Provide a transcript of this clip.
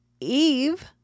Eve